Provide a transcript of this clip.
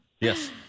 Yes